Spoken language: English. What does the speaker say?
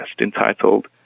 entitled